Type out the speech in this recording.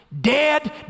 dead